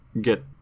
get